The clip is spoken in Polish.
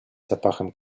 zapachem